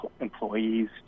employees